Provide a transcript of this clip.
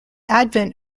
advent